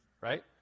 right